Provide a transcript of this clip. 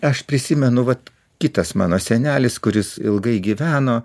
aš prisimenu vat kitas mano senelis kuris ilgai gyveno